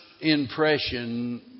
impression